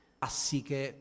classiche